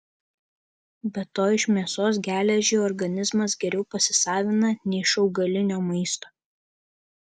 be to iš mėsos geležį organizmas geriau pasisavina nei iš augalinio maisto